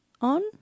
on